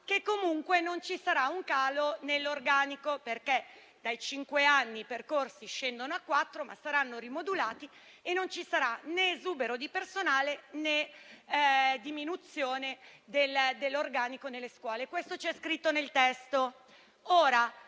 che comunque non ci sarà un calo nell'organico, perché dai cinque anni i percorsi scendono a quattro, ma saranno rimodulati e non ci sarà né esubero di personale, né diminuzione dell'organico nelle scuole. Questo è scritto nel testo.